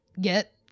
get